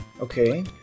Okay